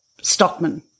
stockman